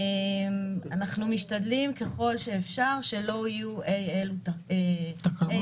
אנחנו משתדלים ככל שאפשר שלא יהיו אי אלו תקלות.